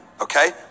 Okay